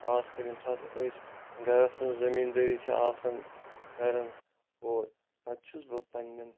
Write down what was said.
خاص کر ییٚمہِ ساتہٕ أسۍ گَرَس منٛز ذٔمیٖندٲری چھِ آسان کَران اور پَتہٕ چھُس بہٕ پَننٮ۪ن